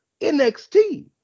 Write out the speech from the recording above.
NXT